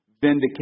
vindicate